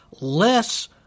less